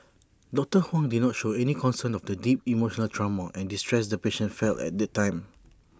doctor Huang did not show any concern of the deep emotional trauma and distress the patient felt at that time